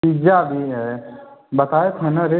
pizza भी है बताए थे ना रे